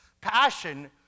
Passion